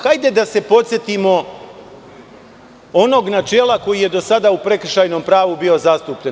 Hajde da se podsetimo onog načela koji je do sada u prekršajnom pravu bio zastupljen.